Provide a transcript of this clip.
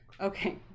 Okay